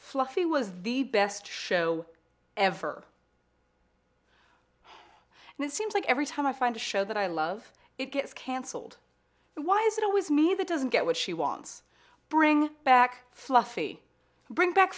fluffy was the best show ever and it seems like every time i find a show that i love it gets canceled why is it always me that doesn't get what she wants bring back fluffy bring back